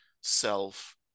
self